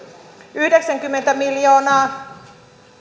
yhdeksänkymmentä miljoonaa